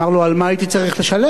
אמר לו: על מה הייתי צריך לשלם?